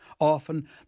often